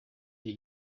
icyo